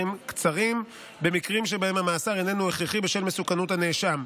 קצרים במקרים שבהם המאסר איננו הכרחי בשל מסוכנות הנאשם.